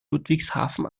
ludwigshafen